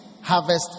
harvest